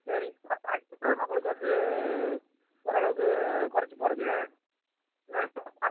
சரிங்க காயெலாம் நம்மளுக்கு வந்து ஓரளவுக்கு குறைச்சி போடுங்க